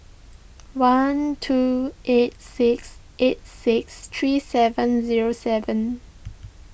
one two eight six eight six three seven zero seven